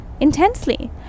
intensely